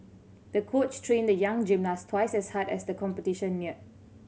the coach trained the young gymnast twice as hard as the competition near